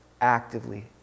actively